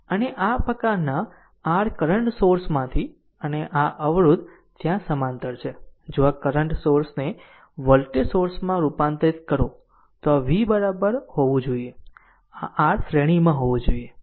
અને આ પ્રકારનાં r કરંટ સોર્સમાંથી અને આ અવરોધ ત્યાં સમાંતર છે જો આ કરંટ સોર્સને વોલ્ટેજ સોર્સમાં રૂપાંતરિત કરો તો આ v બરાબર હોવું જોઈએ આ r શ્રેણીમાં હોવું જોઈએ